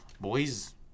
boys